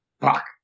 Fuck